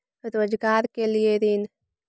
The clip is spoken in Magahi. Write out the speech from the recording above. रोजगार के लिए ऋण?